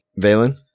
Valen